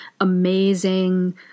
amazing